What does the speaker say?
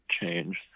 change